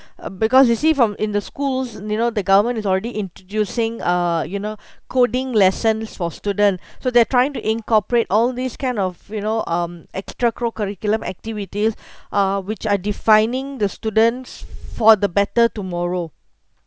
uh because you see from in the schools you know the government is already introducing uh you know coding lessons for student so they're trying to incorporate all these kind of you know um extra co-curriculum activities uh which are defining the students for the better tomorrow